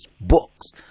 books